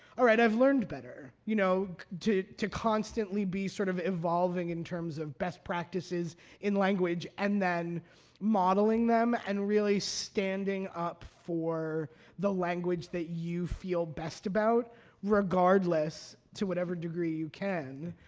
all right, i've learned better, you know to to constantly be sort of evolving in terms of best practices in language and then modeling them and really standing up for the language that you feel best about regardless, to whatever degree you can,